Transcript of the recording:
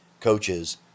coaches